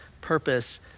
purpose